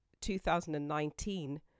2019